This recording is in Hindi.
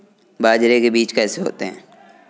बाजरे के बीज कैसे होते हैं?